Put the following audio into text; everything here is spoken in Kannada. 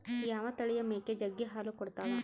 ಯಾವ ತಳಿಯ ಮೇಕೆ ಜಗ್ಗಿ ಹಾಲು ಕೊಡ್ತಾವ?